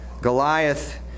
Goliath